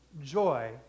joy